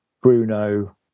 Bruno